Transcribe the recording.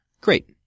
Great